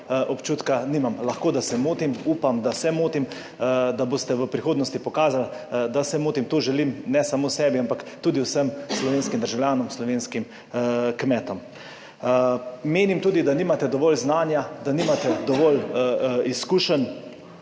občutka nimam. Lahko, da se motim, upam, da se motim, da boste v prihodnosti pokazali, da se motim. To želim ne samo sebi, ampak tudi vsem slovenskim državljanom, slovenskim kmetom. Menim tudi, da nimate dovolj znanja, da nimate dovolj izkušenj,